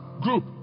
group